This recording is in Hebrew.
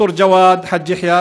ד"ר ג'וואד חאג' יחיא,